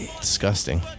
Disgusting